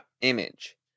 image